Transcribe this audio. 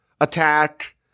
attack